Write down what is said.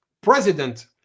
president